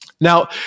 Now